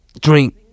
drink